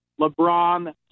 LeBron